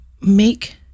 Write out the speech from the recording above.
make